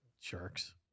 Sharks